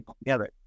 together